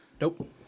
Nope